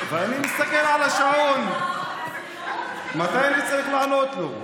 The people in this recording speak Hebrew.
אני מסתכל על השעון מתי אני צריך לענות לו.